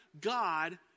God